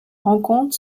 rencontres